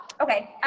okay